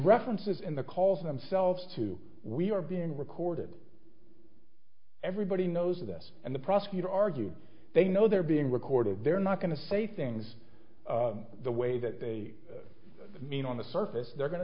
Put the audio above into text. references in the calls themselves to we are being recorded everybody knows this and the prosecutor argued they know they're being recorded they're not going to say things the way that they mean on the surface they're going to